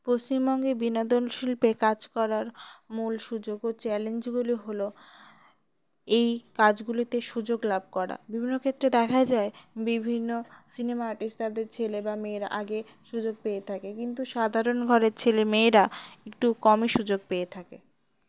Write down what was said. পশ্চিমবঙ্গে বিনোদন শিল্পে কাজ করার মূল সুযোগ ও চ্যালেঞ্জগুলি হলো এই কাজগুলিতে সুযোগ লাভ করা বিভিন্ন ক্ষেত্রে দেখা যায় বিভিন্ন সিনেমা আর্টিস্ট তাদের ছেলে বা মেয়েরা আগে সুযোগ পেয়ে থাকে কিন্তু সাধারণ ঘরের ছেলে মেয়েরা একটু কমই সুযোগ পেয়ে থাকে